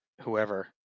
whoever